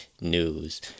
news